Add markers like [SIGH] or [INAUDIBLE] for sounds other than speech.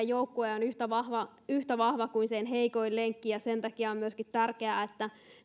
[UNINTELLIGIBLE] joukkue on yhtä vahva kuin sen heikoin lenkki ja myöskin sen takia on tärkeää että